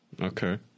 okay